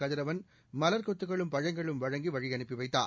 கதிரவன் மவர் கொத்துகளும் பழங்களும் வழங்கிவழியனுப்பிவைத்தார்